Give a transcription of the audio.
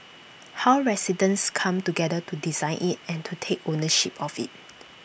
how residents come together to design IT and to take ownership of IT